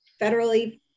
Federally